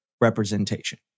representation